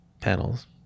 panels